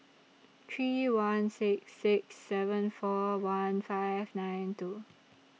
three one six six seven four one five nine two